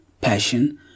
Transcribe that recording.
passion